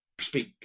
speak